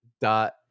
dot